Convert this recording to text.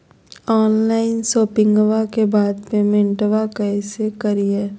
Online शोपिंग्बा के बाद पेमेंटबा कैसे करीय?